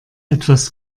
etwas